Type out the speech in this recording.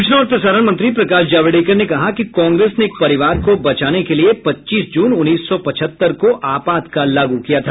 सूचना और प्रसारण मंत्री प्रकाश जावड़ेकर ने कहा कि कांग्रेस ने एक परिवार को बचाने के लिए पच्चीस जून उन्नीस सौ पचहत्तर को आपातकाल लागू किया था